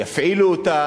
יפעילו אותה